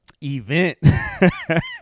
event